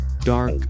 dark